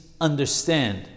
understand